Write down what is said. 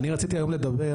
אני רציתי לדבר היום,